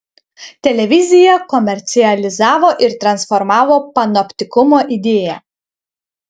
televizija komercializavo ir transformavo panoptikumo idėją